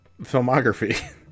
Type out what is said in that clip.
filmography